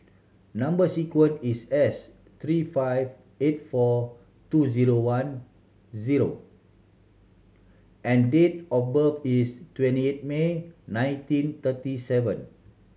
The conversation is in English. number sequence is S three five eight four two zero one zero and date of birth is twenty eight May nineteen thirty seven